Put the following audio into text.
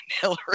hillary